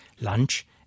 lunch